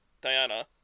Diana